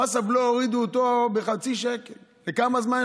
את הבלו הורידו בחצי שקל, לכמה זמן?